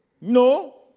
No